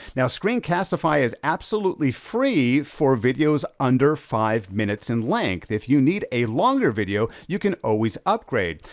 now screencastify is absolutely free, for videos under five minutes in length. if you need a longer video, you can always upgrade.